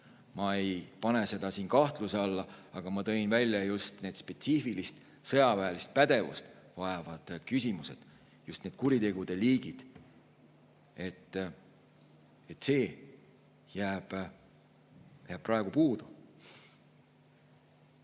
Ma ei pane seda kahtluse alla. Aga ma tõin välja just need spetsiifilist sõjaväelist pädevust vajavad küsimused, just need kuritegude liigid. See jääb praegu